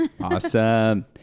awesome